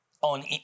On